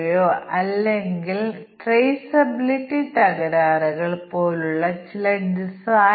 കൂടാതെ നിക്ഷേപം 1 വർഷത്തിൽ കുറവാണെങ്കിൽ നിക്ഷേപ തുക 1 ലക്ഷത്തിൽ കൂടുതലാണെങ്കിൽ അത് 7 ശതമാനവും നൽകും